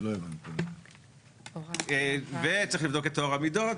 באחד בינואר 2025,